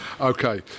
Okay